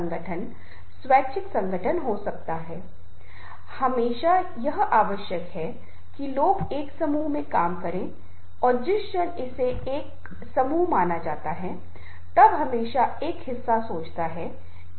ठीक है यह भी ठीक है कि वह चिढ़ नहीं पाएगा वह हमेशा यह नहीं कहेगा कि हाँ वह उम्मीद कर रहा है कि हर किसी को इस तरह से बोलना चाहिए वह शुरुआत में कभी अपने मन की बात नहीं बताएगा